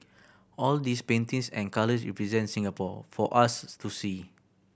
all these paintings and colours represent Singapore for us to see